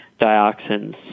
dioxins